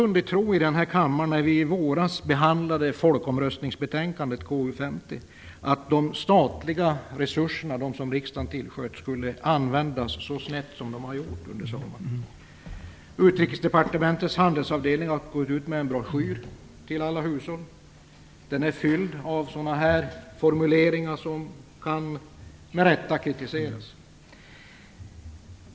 När vi i den här kammaren i våras behandlade folkomröstningsbetänkandet KU50 var det ingen som kunde tro att de statliga resurser som riksdagen tillsköt skulle användas på ett så snett sätt som har varit fallet under sommaren. Utrikesdepartementets handelsavdelning har gått ut med en broschyr till alla hushåll. Broschyren är fylld av formuleringar som med rätta kan kritiseras.